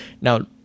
Now